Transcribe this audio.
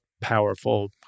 powerful